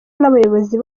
n’abayobozi